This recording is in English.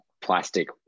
plastic